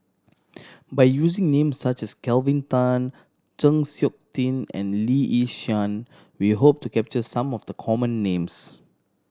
by using names such as Kelvin Tan Chng Seok Tin and Lee Yi Shyan we hope to capture some of the common names